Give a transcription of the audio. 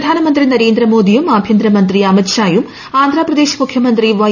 പ്രധാനമന്ത്രി നരേന്ദ്രമോദിയും ആഭ്യന്തര മന്ത്രി അമിത് ഷായും ആന്ധ്രാ പ്രദേശ് മുഖ്യമന്ത്രി വൈ